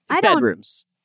Bedrooms